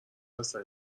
هستن